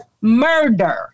murder